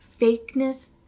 fakeness